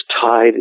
tied